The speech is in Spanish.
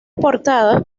portada